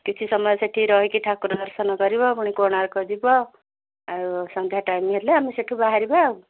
କିଛି ସମୟ ସେଠି ରହିକି ଠାକୁର ଦର୍ଶନ କରିବ ପୁଣି କୋଣାର୍କ ଯିବ ଆଉ ସନ୍ଧ୍ୟା ଟାଇମ୍ ହେଲେ ଆମେ ସେହିଠୁ ବାହାରିବା ଆଉ